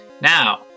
Now